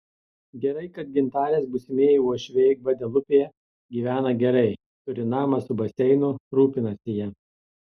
gerai kad gintarės būsimieji uošviai gvadelupėje gyvena gerai turi namą su baseinu rūpinasi ja